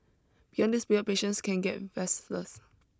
beyond this period patients can get restless